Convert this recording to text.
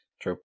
True